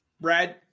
Brad